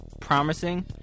promising